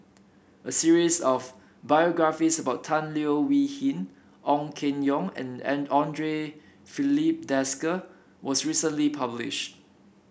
a series of biographies about Tan Leo Wee Hin Ong Keng Yong and Filipe Desker was recently published